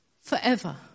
forever